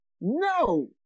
No